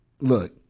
Look